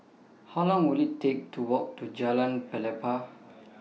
How Long Will IT Take to Walk to Jalan Pelepah